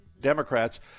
Democrats